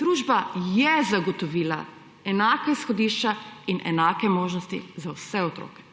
Družba je zagotovila enaka izhodišča in enake možnosti za vse otroke.